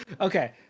Okay